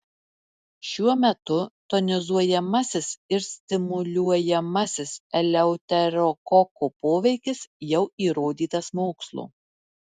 šiuo metu tonizuojamasis ir stimuliuojamasis eleuterokoko poveikis jau įrodytas mokslo